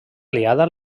aliada